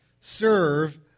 serve